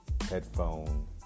headphone